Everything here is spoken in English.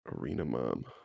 Arenamom